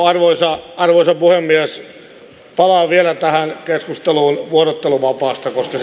arvoisa arvoisa puhemies palaan vielä tähän keskusteluun vuorotteluvapaasta koska